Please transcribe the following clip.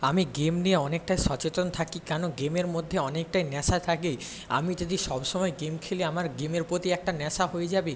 আমি গেম নিয়ে অনেকটা সচেতন থাকি কেন গেমের মধ্যে অনেকটাই নেশা থাকে আমি যদি সব সময় গেম খেলি আমার গেমের প্রতি একটা নেশা হয়ে যাবে